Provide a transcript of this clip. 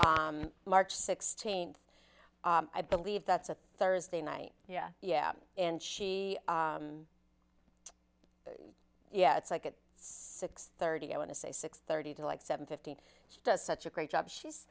march sixteenth i believe that's a thursday night yeah yeah and she yeah it's like at six thirty i want to say six thirty to like seven fifteen she does such a great job she's